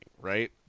right